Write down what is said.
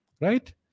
Right